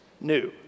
new